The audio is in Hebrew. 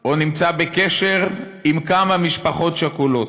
או נמצא בקשר עם כמה משפחות שכולות,